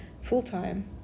full-time